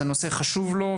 זה נושא חשוב לו,